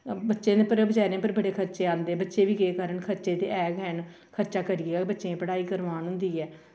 बच्चें दे उप्पर बेचारें दे पर अज्जकल बड़े खर्चे आंदे बच्चे बी केह् करन खर्चे ते ऐ गै ऐ न खर्चा करियै गै बच्चें गी पढ़ाई करोआन होंदी ऐ